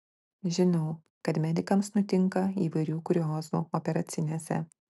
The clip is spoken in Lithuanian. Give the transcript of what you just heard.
žinau kad medikams nutinka įvairių kuriozų operacinėse